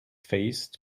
faced